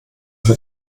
für